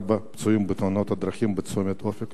ארבעה פצועים בתאונות הדרכים בצומת אופק,